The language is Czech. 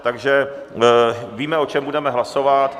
Takže víme, o čem budeme hlasovat?